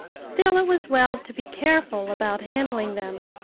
still it was well to be careful about handling them.